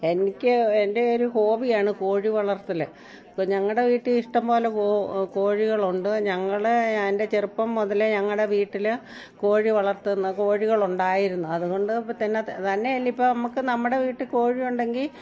എനിക്ക് എൻ്റെ ഒരു ഹോബിയാണ് കോഴി വളർത്തൽ ഇപ്പം ഞങ്ങളുടെ വീട്ടിൽ ഇഷ്ടംപോലെ കോ കോഴികളുണ്ട് ഞങ്ങളുടെ ഞാൻ എൻ്റെ ചെറുപ്പം മുതലേ ഞങ്ങളുടെ വീട്ടിൽ കോഴി വളർത്തുന്ന കോഴികൾ ഉണ്ടായിരുന്നു അത് കൊണ്ട് തന്നെ തന്നെയല്ല ഇപ്പോൾ നമുക്ക് നമ്മുടെ വീട്ടിൽ കോഴി ഉണ്ടെങ്കിൽ